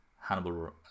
Hannibal